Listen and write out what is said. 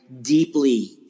deeply